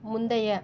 முந்தைய